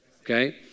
Okay